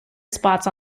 spots